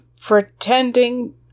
pretending